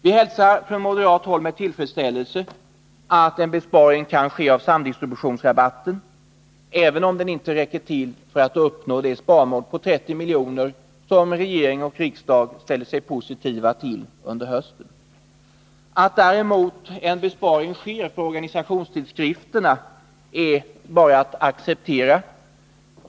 Vi hälsar från moderat håll med tillfredsställelse att en besparing kan ske av samdistributionsrabatten, även om den inte räcker till för att uppnå det sparmål på 30 miljoner som regering och riksdag ställde sig positiva till under hösten. Att däremot en besparing sker på organisationstidskrifterna är det bara att acceptera.